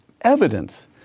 evidence